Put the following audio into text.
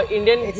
Indian